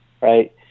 Right